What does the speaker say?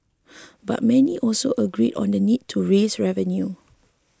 but many also agree on the need to raise revenue